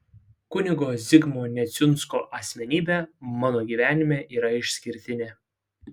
kunigo zigmo neciunsko asmenybė mano gyvenime yra išskirtinė